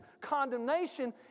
Condemnation